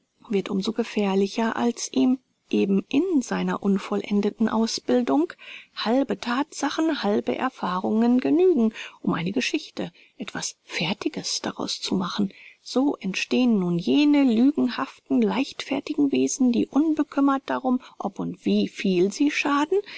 wird um so gefährlicher als ihm eben in seiner unvollendeten ausbildung halbe thatsachen halbe erfahrungen genügen um eine geschichte etwas fertiges daraus zu machen so entstehen nun jene lügenhaften leichtfertigen wesen die unbekümmert darum ob und wie viel sie schaden